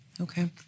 Okay